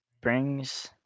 brings